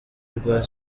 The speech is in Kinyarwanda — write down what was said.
rwa